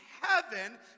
heaven